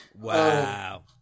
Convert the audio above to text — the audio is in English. Wow